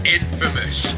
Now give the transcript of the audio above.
infamous